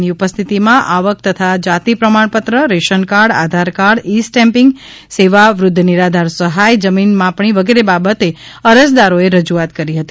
ની ઉપસ્થિતિમાં આવક તથા જાતિ પ્રમાણપત્રરેશનકાર્ડ આધારકાર્ડઇસ્ટેમ્પિંગ સેવા વૃધ્ધ નિરાધાર સહાયજમીન માપણી વગેરે બાબતે અરજદારોએ રજૂઆત કરી હતી